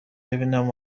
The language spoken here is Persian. ببینم